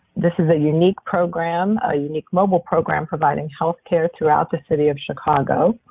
this is a unique program a unique mobile program providing health care throughout the city of chicago.